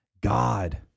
god